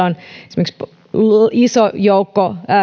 on esimerkiksi iso joukko